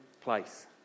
place